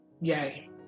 yay